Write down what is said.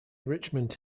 richmond